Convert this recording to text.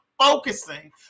focusing